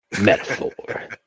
Metaphor